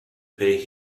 pay